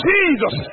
Jesus